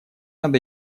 над